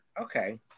okay